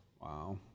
Wow